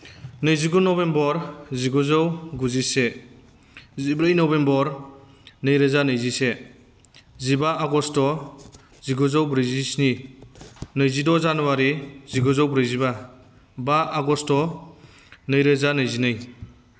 नैजिगु नभेम्बर जिगुजौ गुजिसे जिब्रै नभेम्बर नैरोजा नैजिसे जिबा आगष्ट जिगुजौ ब्रैजिस्नि नैजिद' जानुवारी जिगुजौ ब्रैजिबा बा आगष्ट नैरोजा नैजिनै